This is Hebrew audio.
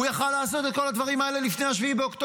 הוא יכול היה לעשות את כל הדברים האלה לפני 7 באוקטובר.